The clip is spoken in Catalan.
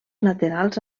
laterals